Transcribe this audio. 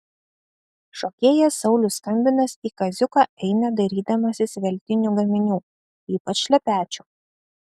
šokėjas saulius skambinas į kaziuką eina dairydamasis veltinių gaminių ypač šlepečių